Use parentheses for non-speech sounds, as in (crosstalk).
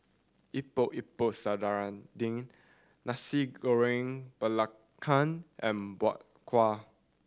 Epok Epok (unintelligible) Nasi Goreng Belacan and Bak Kwa